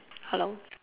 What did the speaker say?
hello